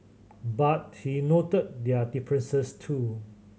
but he noted their differences too